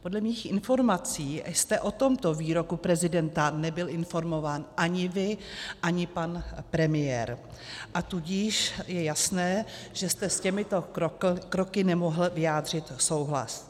Podle mých informací jste o tomto výroku prezidenta nebyl informován ani vy, ani pan premiér, tudíž je jasné, že jste s těmito kroky nemohl vyjádřit souhlas.